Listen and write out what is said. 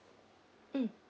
mm